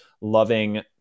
loving